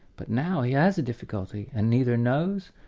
but now he has a difficulty, and neither knows,